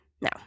no